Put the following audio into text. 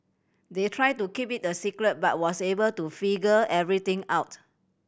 they tried to keep it a secret but was able to figure everything out